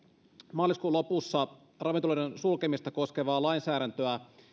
maaliskuun lopussa ravintoloiden sulkemista koskevaa lainsäädäntöä